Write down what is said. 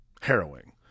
harrowing